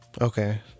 Okay